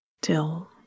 till